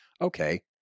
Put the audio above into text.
Okay